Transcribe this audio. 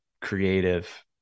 creative